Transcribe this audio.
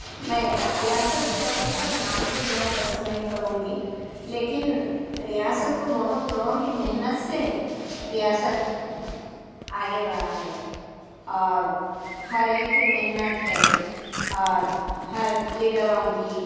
میں ریاست کے لوگوں کا تو نام تو لینا پسند نہیں کروں گی لیکن ریاست کو بہت لوگوں کی محنت سے ریاست آگے بڑھا ہے اور ہر ایک کی محنت ہے اور ہر لیڈروں کی